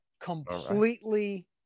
completely